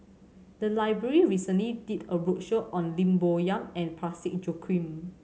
the library recently did a roadshow on Lim Bo Yam and Parsick Joaquim